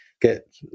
get